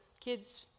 kids